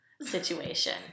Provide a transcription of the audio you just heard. situation